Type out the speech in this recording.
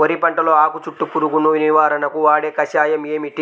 వరి పంటలో ఆకు చుట్టూ పురుగును నివారణకు వాడే కషాయం ఏమిటి?